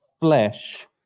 flesh